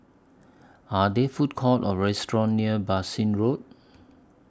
Are There Food Courts Or restaurants near Bassein Road